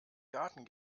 garten